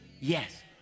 Yes